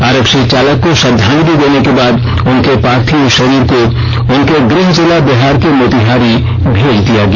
आरक्षी चालक को श्रद्वांजलि देने के बाद उनके पार्थिव शरीर को उनके गृह जिला बिहार के मोतिहारी भेज दिया गया